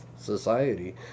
society